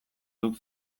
zuk